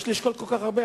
מה יש לשקול כל כך הרבה?